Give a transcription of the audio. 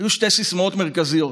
שתי סיסמאות מרכזיות.